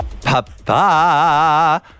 Papa